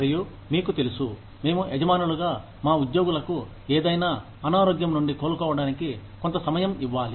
మరియు మీకు తెలుసు మేము యజమానులుగా మా ఉద్యోగులకు ఏదైనా అనారోగ్యం నుండి కోలుకోవడానికి కొంత సమయం ఇవ్వాలి